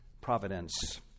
providence